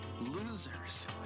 Losers